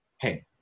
Hey